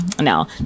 no